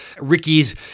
Ricky's